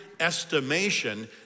estimation